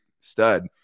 stud